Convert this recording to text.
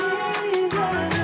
Jesus